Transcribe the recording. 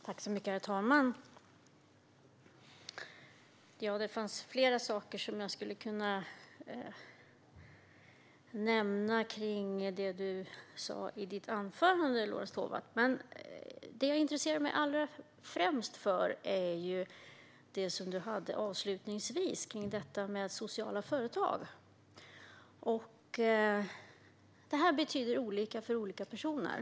Herr talman! Det är flera saker som jag skulle kunna nämna kring det som du sa i ditt anförande, Lorentz Tovatt. Men det jag intresserar mig allra främst för är det som du avslutade med om sociala företag. Det betyder uppenbarligen olika för olika personer.